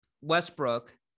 Westbrook